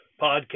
podcast